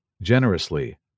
generously